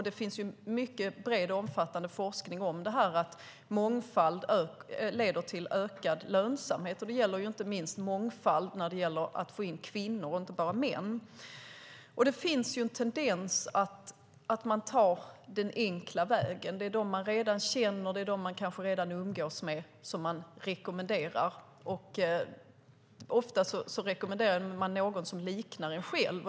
Det finns en mycket bred och omfattande forskning som visar att mångfald leder till ökad lönsamhet, inte minst mångfald när det gäller att få in kvinnor och inte bara män. Det finns en tendens att ta den enkla vägen. Det är de som man redan känner, de som man kanske redan umgås med, som man rekommenderar. Och ofta rekommenderar man någon som liknar en själv.